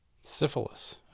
Syphilis